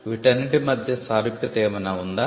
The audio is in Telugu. వీటన్నిటి మధ్య సారూప్యత ఏమైనా ఉందా